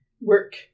work